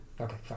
Okay